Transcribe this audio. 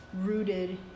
rooted